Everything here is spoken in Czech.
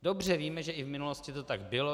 Dobře víme, že i v minulosti to tak bylo.